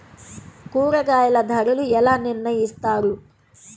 కూరగాయల ధరలు ఎలా నిర్ణయిస్తారు?